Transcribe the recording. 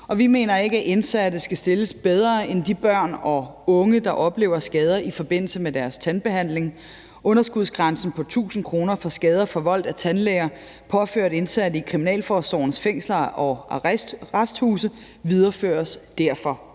vi mener ikke, at indsatte skal stilles bedre end de børn og unge, der oplever skader i forbindelse med deres tandbehandling. Underskudsgrænsen på 1.000 kr. for skader forvoldt af tandlæger og påført indsatte i kriminalforsorgens fængsler og arresthuse videreføres derfor